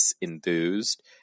enthused